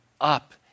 up